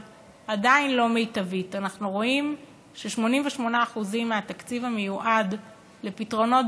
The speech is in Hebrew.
עדיין לא מיטבית: אנחנו רואים ש-88% מהתקציב המיועד לפתרונות